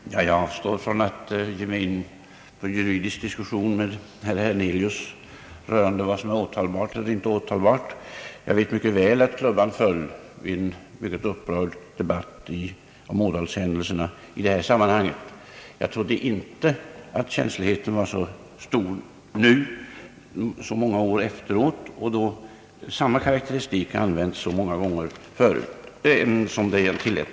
Herr talman! Jag avstår från att ge mig in på en juridisk diskussion med herr Hernelius rörande vad som är åtalbart eller inte åtalbart. Jag vet mycket väl att klubban föll vid en mycket upprörd debatt efter ådalshändelserna. Jag trodde inte att känsligheten var så stor nu, så många år efteråt, och då samma karakteristik som den jag tillät mig använda har använts så många gånger förut.